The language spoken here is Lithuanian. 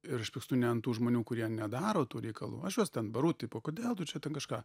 ir aš pykstu ne ant tų žmonių kurie nedaro tų reikalų aš juos ten baru tipo kodėl tu čia ten kažką